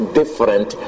different